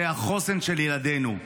זה החוסן של ילדינו.